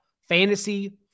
fantasy